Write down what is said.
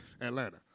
Atlanta